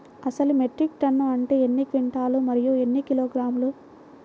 అసలు metric tonne అంటే ఎన్ని క్వింటాలు మరియు ఎన్ని కిలోగ్రాములు?